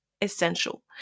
Essential